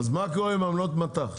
אז מה קורה עם עמלות מט"ח?